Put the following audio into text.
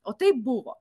o taip buvo